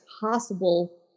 possible